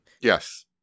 Yes